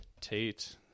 Tate